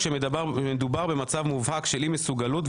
כאשר מדובר במצב מובהק של אי מסוגלות,